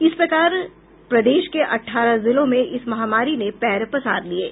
इस प्रकार प्रदेश के अठारह जिलों में इस महामारी ने पैर पसार लिया है